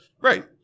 Right